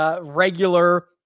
regular